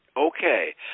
Okay